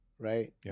Right